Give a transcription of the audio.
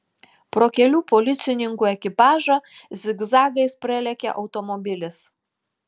pro kelių policininkų ekipažą zigzagais pralekia automobilis